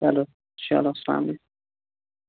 چَلو چَلو اَسلامُ عَلیکُم